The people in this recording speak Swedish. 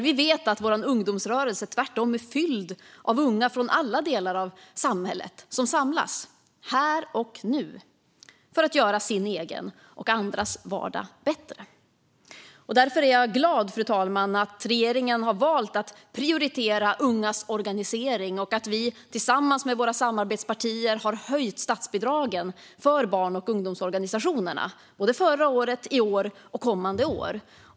Vi vet att vår ungdomsrörelse tvärtom är fylld av unga från alla delar av samhället som samlas här och nu för att göra sin egen och andras vardag bättre. Därför är jag glad, fru talman, att regeringen har valt att prioritera ungas organisering och att vi tillsammans med våra samarbetspartier har höjt statsbidragen för barn och ungdomsorganisationerna både förra året, i år och för kommande år.